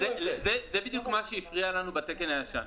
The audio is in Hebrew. בסדר, זה בדיוק מה שהפריע לנו בתקן הישן.